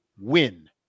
win